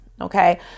Okay